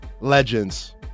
Legends